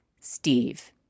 Steve